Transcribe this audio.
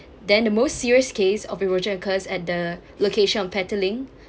then the most serious case of erosion occurs at the location of petaling